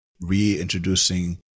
reintroducing